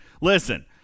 listen